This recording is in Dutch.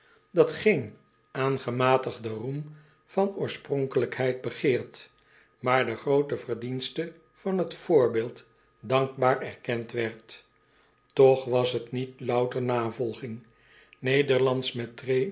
dat geen aangematigde roem van oorspronkelijkheid begeerd maar de groote verdienste van het voorbeeld dankbaar erkend werd toch was t niet louter navolging